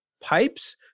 pipes